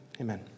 amen